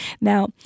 Now